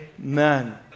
Amen